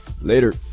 Later